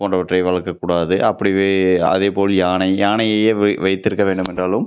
போன்றவற்றை வளர்க்கக்கூடாது அப்படியே அதே போல் யானை யானையையே வை வைத்திருக்க வேண்டும் என்றாலும்